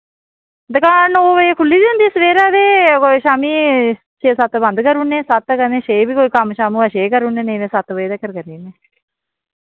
दकान नौ बजे खुली दी होंदी सवेरै ते कोई शाम्मी छे सत्त बंद करूने सत्त करने छे वि कोई कम्म शम्म होये छे करुने नेईं ते सत्त बजे तकर करी ने